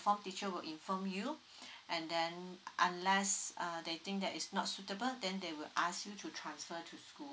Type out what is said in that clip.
form teacher will inform you and then unless uh they think that is not suitable then they will ask you to transfer to school